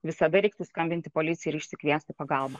visada reiktų skambinti policijai ir išsikviesti pagalbą